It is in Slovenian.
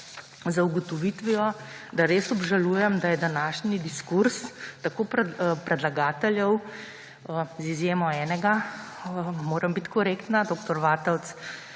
z ugotovitvijo, da res obžalujem, da je današnji diskurz predlagateljev – z izjemo enega, moram biti korektna, dr. Vatovec